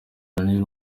ranieri